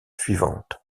suivante